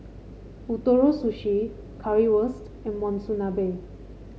Ootoro Sushi Currywurst and Monsunabe